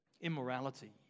immorality